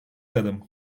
adım